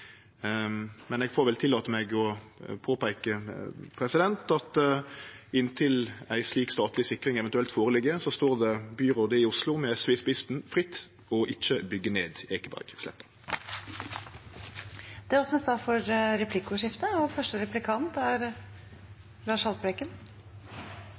men eg får tillate meg å påpeike at inntil ei slik statleg sikring eventuelt ligg føre, står det byrådet i Oslo, med SV i spissen, fritt å ikkje byggje ned Ekebergsletta. Det blir replikkordskifte. Spørsmålet mitt til statsråden er